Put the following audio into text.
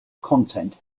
content